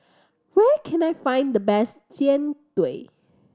where can I find the best Jian Dui